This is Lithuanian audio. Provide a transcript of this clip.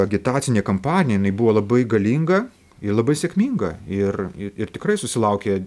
agitacinė kampanija jinai buvo labai galinga ir labai sėkminga ir ir tikrai susilaukė